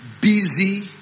busy